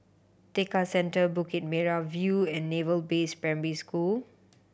Tekka Centre Bukit Merah View and Naval Base Primary School